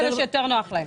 יש כאלה שיותר נוח להם.